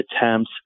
attempts